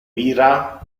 bira